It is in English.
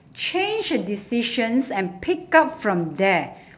change a decisions and pick up from there